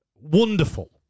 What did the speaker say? wonderful